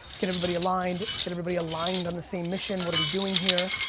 get everybody aligned. get everybody aligned on the same mission, what are we doing here.